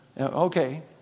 Okay